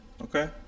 okay